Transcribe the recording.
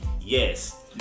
yes